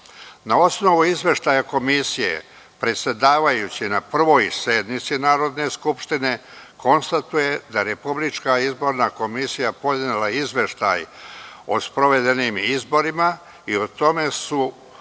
osnovu izveštaja komisije, predsedavajući na Prvoj (konstitutivnoj) sednici Narodne skupštine konstatuje da je Republička izborna komisija podnela izveštaj o sprovedenim izborima i o tome koja